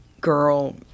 girl